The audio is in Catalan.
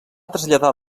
traslladar